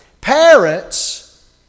Parents